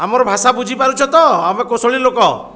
ଆମର ଭାଷା ବୁଝିପାରୁଛ ତ ଆମେ କୌଶଳୀ ଲୋକ